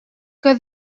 que